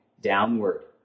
downward